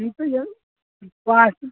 पास